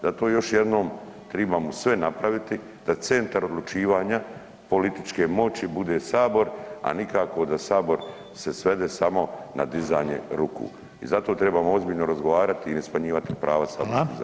Zato još jednom, tribamo sve napraviti da centar odlučivanja političke moći bude Sabor, a nikako da Sabor se svede samo na dizanje ruku i zato trebamo ozbiljno razgovarati i ne smanjivati prava saborskih zastupnika.